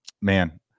man